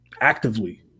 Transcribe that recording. actively